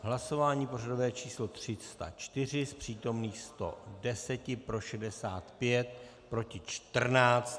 V hlasování pořadové číslo 304 z přítomných 110 pro 65, proti 14.